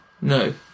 No